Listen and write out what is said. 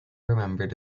remembered